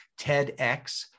TEDx